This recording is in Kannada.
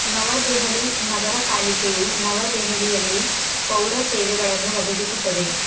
ನವದೆಹಲಿ ನಗರಪಾಲಿಕೆಯು ನವದೆಹಲಿಯಲ್ಲಿ ಪೌರ ಸೇವೆಗಳನ್ನು ಒದಗಿಸುತ್ತದೆ